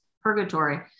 purgatory